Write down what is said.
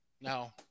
no